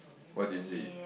what did you see